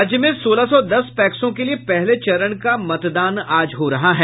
राज्य में सोलह सौ दस पैक्सों के लिए पहले चरण का मतदान आज हो रहा है